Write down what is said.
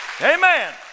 Amen